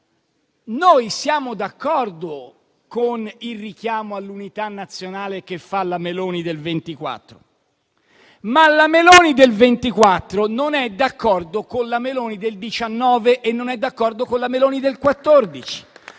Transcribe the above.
noi siamo d'accordo con il richiamo all'unità nazionale che fa la Meloni del 2024, ma la Meloni del 2024 non è d'accordo con la Meloni del 2019 e non è d'accordo con la Meloni del 2014.